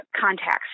contacts